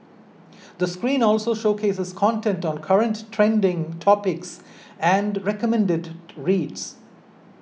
the screen also showcases content on current trending topics and recommended reads